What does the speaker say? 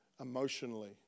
emotionally